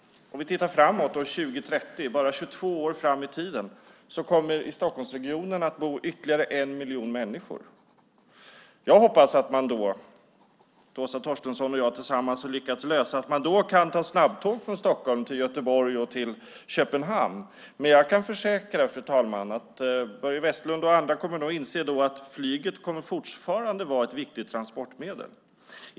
Om vi tittar framåt till 2030 - alltså endast 22 år fram i tiden - kommer ytterligare en miljon människor att bo i Stockholmsregionen. Jag hoppas att Åsa Torstensson och jag tillsammans då kunnat lösa frågan så att man kan åka snabbtåg till Göteborg och Köpenhamn. Men jag kan försäkra, fru talman, att Börje Vestlund och andra trots det kommer att inse att flyget fortfarande är ett viktigt transportmedel.